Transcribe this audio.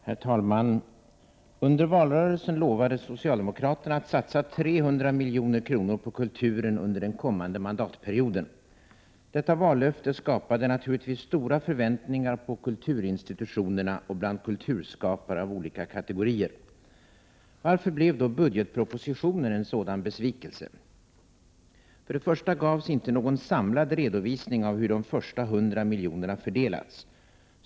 Herr talman! Under valrörelsen lovade socialdemokraterna att satsa 300 milj.kr. på kulturen under den kommande mandatperioden. Detta vallöfte skapade naturligtvis stora förväntningar kulturinstitutionerna och bland kulturskapare av olika kategorier. Varför blev då budgetpropositionen en sådan besvikelse? För det första gavs inte någon samlad redovisning av hur de första 100 miljonerna fördelats.